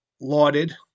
lauded